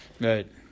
Right